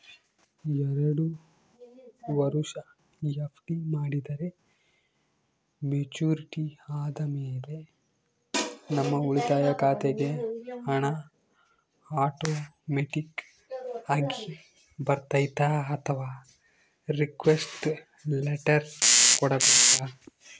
ಎರಡು ವರುಷ ಎಫ್.ಡಿ ಮಾಡಿದರೆ ಮೆಚ್ಯೂರಿಟಿ ಆದಮೇಲೆ ನಮ್ಮ ಉಳಿತಾಯ ಖಾತೆಗೆ ಹಣ ಆಟೋಮ್ಯಾಟಿಕ್ ಆಗಿ ಬರ್ತೈತಾ ಅಥವಾ ರಿಕ್ವೆಸ್ಟ್ ಲೆಟರ್ ಕೊಡಬೇಕಾ?